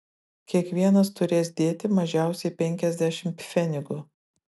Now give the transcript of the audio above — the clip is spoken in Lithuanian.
kiekvienas turės dėti mažiausiai penkiasdešimt pfenigų